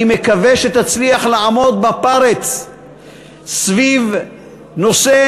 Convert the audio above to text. אני מקווה שתצליח לעמוד בפרץ סביב נושא